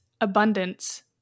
abundance